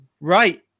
Right